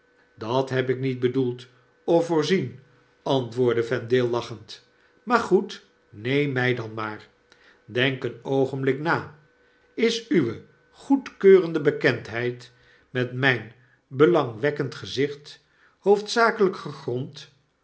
dat heb ik niet bedoeld of voorzien antwoordde vendale lachend maar goed neem my dan maar denk een oogenblik na isuwe goedkeurende bekendheid met mgnbelangwekkend gezicht hoofdzakelp gegrond